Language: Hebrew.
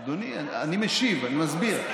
אדוני, אני משיב, אני מסביר.